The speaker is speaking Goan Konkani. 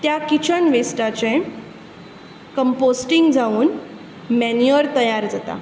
त्या किचन वेस्टाचें कम्पोस्टींग जावन मेन्युअर तयार जाता